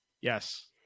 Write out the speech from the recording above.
Yes